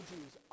Jews